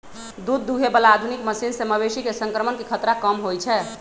दूध दुहे बला आधुनिक मशीन से मवेशी में संक्रमण के खतरा कम होई छै